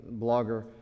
blogger